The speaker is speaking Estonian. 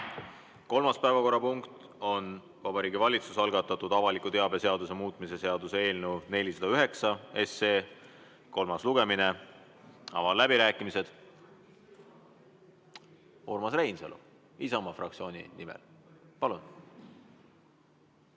Kolmas päevakorrapunkt on Vabariigi Valitsuse algatatud avaliku teabe seaduse muutmise seaduse eelnõu 409 kolmas lugemine. Avan läbirääkimised. Urmas Reinsalu Isamaa fraktsiooni nimel, palun!